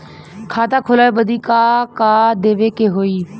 खाता खोलावे बदी का का देवे के होइ?